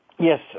Yes